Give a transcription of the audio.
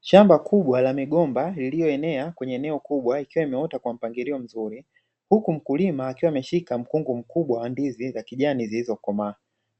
Shamba kubwa la migomba lililoenea, ikiwa imeota kwa mpangilio mzuri. Huku mkulima akiwa ameshika mkungu mkubwa wa ndizi za kijani zilizokomaa.